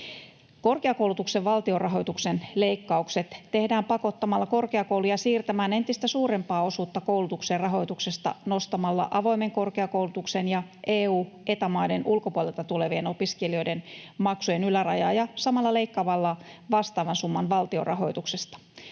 Korkeakoulutuksen valtionrahoituksen leikkaukset tehdään pakottamalla korkeakouluja siirtämään entistä suurempaa osuutta koulutuksen rahoituksesta nostamalla avoimen korkeakoulutuksen ja EU- ja Eta-maiden ulkopuolelta tulevien opiskelijoiden maksujen ylärajaa ja samalla leikkaamalla vastaavan summan valtionrahoituksesta.